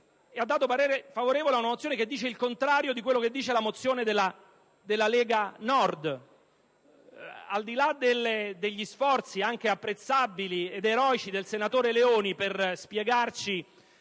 espresso parere favorevole ad una mozione che afferma il contrario di quanto dice la mozione della Lega Nord.